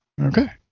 Okay